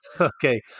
Okay